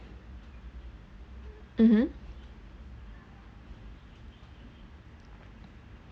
mmhmm